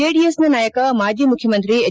ಜೆಡಿಎಸ್ನ ನಾಯಕ ಮಾಜಿ ಮುಖ್ಯಮಂತ್ರಿ ಎಚ್